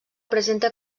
presenta